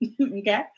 okay